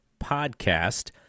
Podcast